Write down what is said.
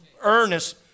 Earnest